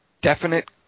definite